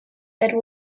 that